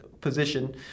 position